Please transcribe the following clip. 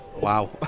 Wow